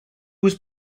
was